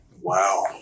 Wow